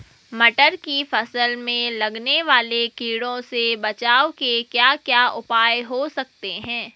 मटर की फसल में लगने वाले कीड़ों से बचाव के क्या क्या उपाय हो सकते हैं?